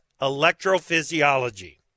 electrophysiology